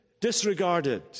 disregarded